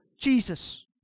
Jesus